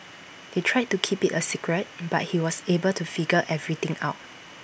they tried to keep IT A secret but he was able to figure everything out